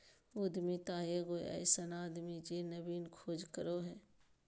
उद्यमिता एगो अइसन आदमी जे नवीन खोज करो हइ